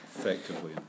effectively